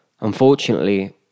Unfortunately